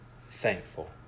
thankful